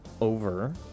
over